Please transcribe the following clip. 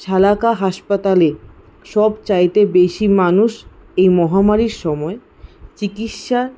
শালাকা হাসপাতালে সব চাইতে বেশি মানুষ এই মহামারির সময় চিকিৎসা